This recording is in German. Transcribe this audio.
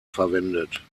verwendet